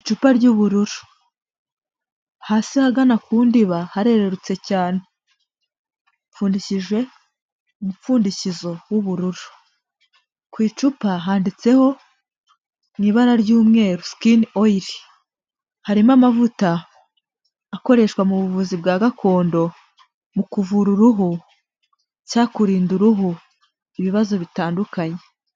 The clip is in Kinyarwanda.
Icupa ry'ubururu, hasi ahagana ku ndiba harererutse cyane, ripfundikije umupfundikizo w'ubururu, ku icupa handitseho mu ibara ry'umweru skin oil, harimo amavuta akoreshwa mu buvuzi bwa gakondo, mu kuvura uruhu cyangwa kurinda uruhu ibibazo bitandukanye.